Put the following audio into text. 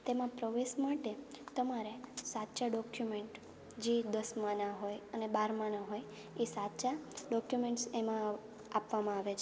તેમાં પ્રવેશ માટે તમારે સાચા ડોકયુમેંટ જે દસમાના હોય અને બારમાના હોય એ સાચા ડોક્યુમેંટ્સ એમાં આપવામાં આવે છે